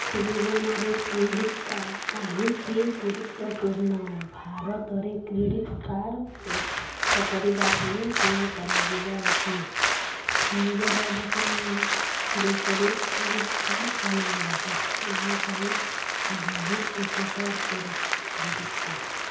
ଜୀବନରେ credit card କାହିଁକି ଗୁରୁତ୍ୱପୂର୍ଣ୍ଣ ଭାରତରେ କ୍ରେଡ଼ିଟ୍ କାର୍ଡ଼ ପ୍ରସ୍ତୁତ କରିବା ପାଇଁ କ'ଣ କରାଯିବା ଉଚିତ ନିଜର ଡକ୍ୟୁମେଣ୍ଟ ଦେଇକରି କ୍ରେଡ଼ିଟ୍ କାର୍ଡ଼ ଅଣାଇବାଟା ଆମ ପାଇଁ ବହୁତ ଉପକାର କରୁଛି କ୍ରେଡ଼ିଟ୍ କାର୍ଡ଼